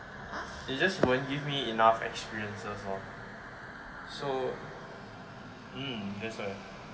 it's just won't give me enough experiences lor so I think um that's why